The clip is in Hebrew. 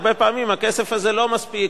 הרבה פעמים הכסף הזה לא מספיק,